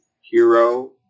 hero